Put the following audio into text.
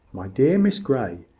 my dear miss grey,